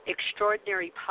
Extraordinary